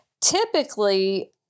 typically